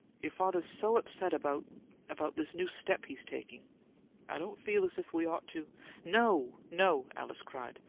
your father's so upset about about this new step he's taking i don't feel as if we ought to no, no! alice cried.